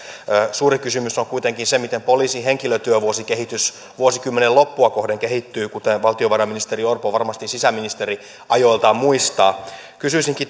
suuri kysymys on kuitenkin se miten poliisin henkilötyövuosikehitys vuosikymmenen loppua kohden kehittyy kuten valtiovarainministeri orpo varmasti sisäministeriajoiltaan muistaa kysyisinkin